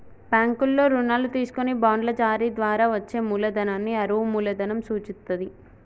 బ్యాంకుల్లో రుణాలు తీసుకొని బాండ్ల జారీ ద్వారా వచ్చే మూలధనాన్ని అరువు మూలధనం సూచిత్తది